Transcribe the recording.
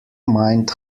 mind